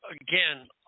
again